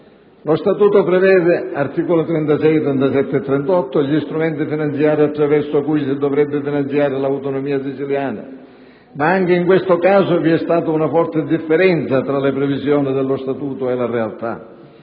Lo Statuto prevede (agli articoli 36, 37 e 38) gli strumenti finanziari attraverso cui si dovrebbe finanziare l'autonomia siciliana, ma anche in questo caso vi è stata una forte divergenza tra le sue previsioni e la realtà.